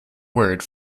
word